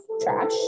trash